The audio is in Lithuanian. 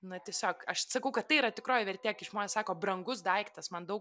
na tiesiog aš sakau kad tai yra tikroji vertė kai žmonės sako brangus daiktas man daug